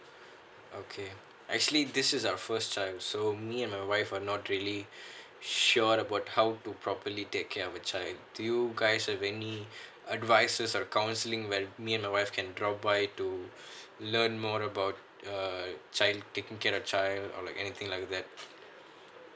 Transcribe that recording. okay actually this is our first time so me and my wife are not really sure about how to properly take care of a child do you guys have any advices or counseling where me and my wife can drop by to learn more about err taking of child or anything like that